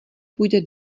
půjde